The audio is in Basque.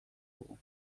dugu